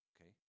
okay